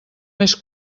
més